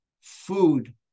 Food